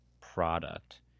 product